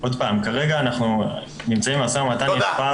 עוד פעם כרגע אנחנו נמצאים במשא ומתן --- תודה,